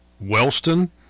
Wellston